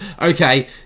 okay